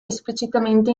esplicitamente